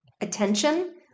attention